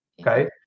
okay